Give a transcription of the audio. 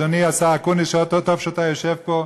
אדוני השר אקוניס, טוב שאתה יושב פה.